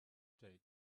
take